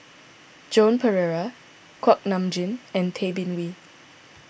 Joan Pereira Kuak Nam Jin and Tay Bin Wee